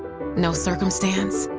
no circumstance,